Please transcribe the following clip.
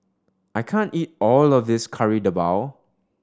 I can't eat all of this Kari Debal